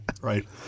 Right